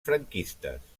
franquistes